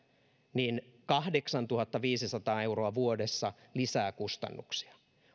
kahdeksantuhattaviisisataa euroa vuodessa lisää kustannuksia